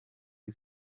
you